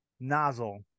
nozzle